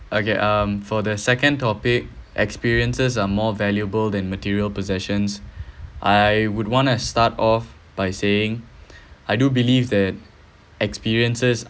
okay um for the second topic experiences are more valuable than material possessions I would wanna start off by saying I do believe that experiences